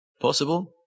Possible